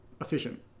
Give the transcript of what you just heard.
efficient